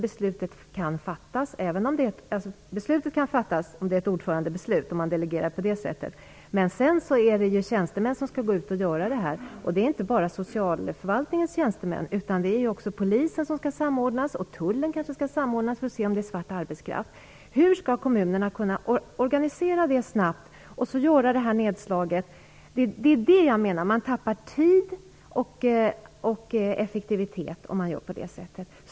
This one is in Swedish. Beslut kan alltså fattas om det är ett ordförandebeslut och man delegerar på det sättet, men sedan är det tjänstemän som skall gå ut och göra det här. Det är inte bara fråga om Socialförvaltningens tjänstemän, utan polis och tull skall kanske också samordnas när det gäller att ta reda på om det är svart arbetskraft. Hur skall kommunerna snabbt kunna organisera deta och göra ett nedslag? Vad jag menar är att man tappar både tid och effektivitet om man gör på nämnda sätt.